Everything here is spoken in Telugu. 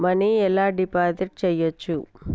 మనీ ఎలా డిపాజిట్ చేయచ్చు?